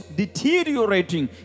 deteriorating